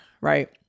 right